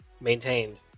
maintained